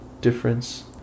difference